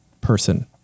person